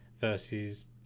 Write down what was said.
versus